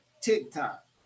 TikTok